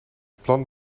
plan